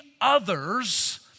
others